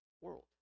world